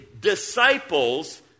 disciples